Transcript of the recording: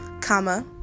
comma